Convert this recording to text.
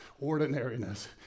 ordinariness